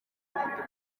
n’abadepite